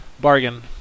bargain